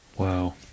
Wow